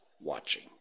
watching